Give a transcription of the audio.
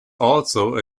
also